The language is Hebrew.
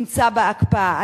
נמצא בהקפאה.